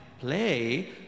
play